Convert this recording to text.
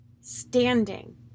Standing